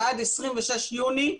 ועד 26 ביוני,